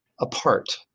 apart